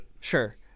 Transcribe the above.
Sure